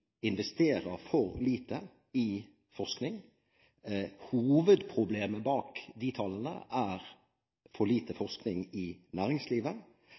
for lite i forskning. Hovedproblemet bak de tallene er for lite forskning i næringslivet.